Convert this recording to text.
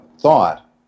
thought